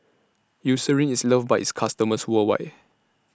Eucerin IS loved By its customers worldwide